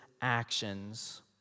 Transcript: actions